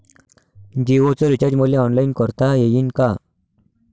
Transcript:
जीओच रिचार्ज मले ऑनलाईन करता येईन का?